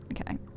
Okay